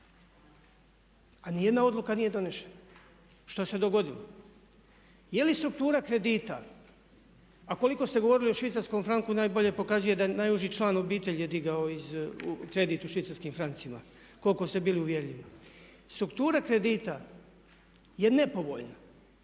A niti jedna odluka nije donesena. Što se dogodilo? Je li struktura kredita, a koliko ste govorili o švicarskom franku najbolje pokazuje da najuži član obitelji je digao kredit u švicarskim francima, koliko ste bili uvjerljivi. Struktura kredita je nepovoljna.